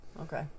Okay